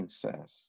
says